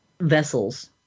vessels